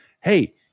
Hey